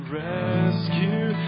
rescue